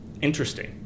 interesting